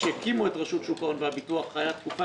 כשהקימו את רשות שוק ההון והביטוח, הייתה תקופה